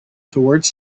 toward